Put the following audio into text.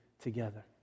together